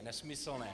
Nesmyslné.